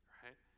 right